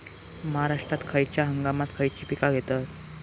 महाराष्ट्रात खयच्या हंगामांत खयची पीका घेतत?